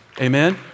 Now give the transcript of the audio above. amen